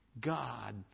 god